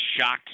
shocked